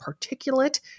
particulate